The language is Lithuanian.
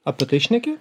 apie tai šneki